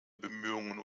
bemühungen